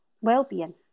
well-being